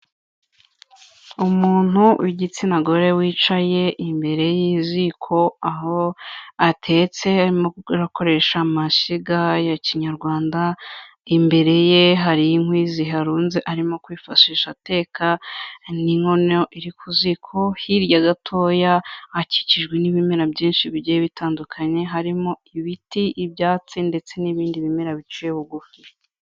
Umuntu w'igitsina gore wicaye imbere y'iziko, aho atetse, arimo arakoresha amashyiga ya kinyarwanda, imbere ye hari inkwi ziharunze arimo kwifashisha ateka n'inkono iri ku ziko, hirya gatoya hakikijwe n'ibimera byinshi bigiye bitandukanye, harimo ibiti, ibyatsi, ndetse n'ibindi bimera biciye bugufi.